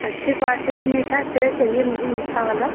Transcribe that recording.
अच्छी क्वालटी की मीठा सेब् चाहिए मुझे मीठा वाला